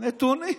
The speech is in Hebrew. נתונים.